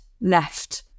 left